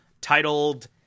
titled